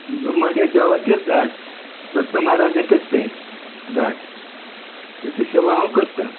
रुमड हें देवाचें झाड दत्त महाराजाचेच तें झाड तेची सेवा हांव करतां